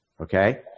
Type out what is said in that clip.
Okay